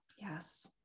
Yes